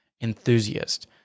enthusiast